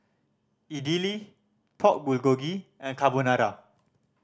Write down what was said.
Idili Pork Bulgogi and Carbonara